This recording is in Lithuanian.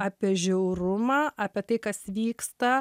apie žiaurumą apie tai kas vyksta